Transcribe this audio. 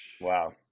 Wow